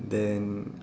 then